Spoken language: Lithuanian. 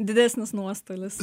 didesnis nuostolis